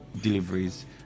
deliveries